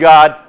God